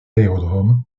aérodromes